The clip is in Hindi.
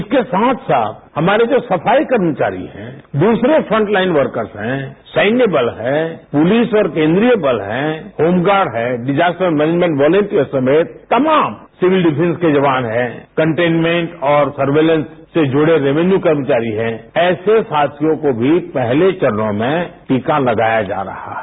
इसके साथ साथ हमारे जो सफाई कर्मचारी है दूसरे फर्टलाइन वर्कस है सैन्य बल है पुलिस और केंद्रीय बल है रोमगार्ठ है डिजास्टर मैनेजमेंट वॉलंटियर्स समेत तमाम सिविल ठिफेंस के जवान हैं कंटेनमेंट और सर्विलेंस से जुडे रेवेन्यू कर्मचारी है ऐसे सावियों को भी पहले चरनों में भी टीका लगाया जा रहा है